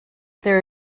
there